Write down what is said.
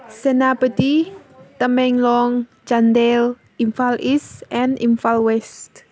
Senapati Tamenglong Chandel Imphal East and Imphal west